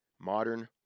Modern